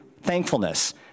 thankfulness